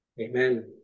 amen